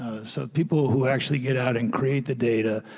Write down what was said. so people who actually get out and create the data.